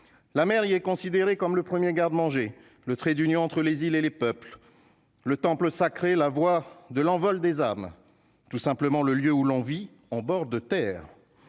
la mer, il est considéré comme le 1er garde-manger le trait d'union entre les îles et les peuples, le temple sacré, la voix de l'envol des armes tout simplement le lieu où l'on vit en bord de terre